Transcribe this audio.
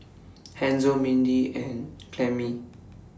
Hansel Mindy and Clemmie